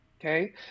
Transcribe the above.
Okay